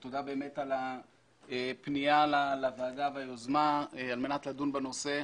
תודה באמת על הפניה לוועדה והיוזמה על מנת לדון בנושא.